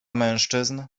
mężczyzn